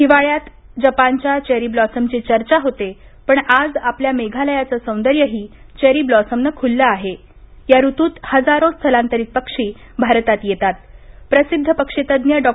हिवाळ्यात जपानच्या चेरीब्लॉसमची चर्चा होते पण आज आपल्या मेघालयाचं सौंदर्यही चेरी ब्लॉसमनं खुललं आहे या ऋतूत हजारो स्थलांतरित पक्षी भारतात येतात प्रसिद्ध पक्षीतज्ज्ञ डॉ